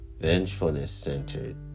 vengefulness-centered